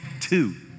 Two